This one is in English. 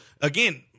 again